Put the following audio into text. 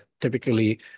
typically